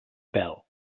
pèl